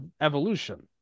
evolution